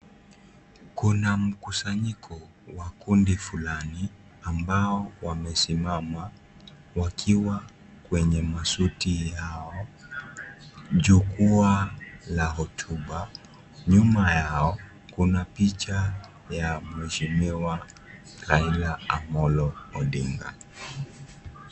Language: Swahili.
Kuna mkusanyiko wa kundi fulani ambao wamesimama wakiwa kwenye masheti yao jukua la hotuba , nyuma yao kuna picha ya mheshimiwa Raila Amolo Odinga.